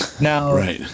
now